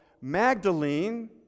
Magdalene